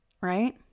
right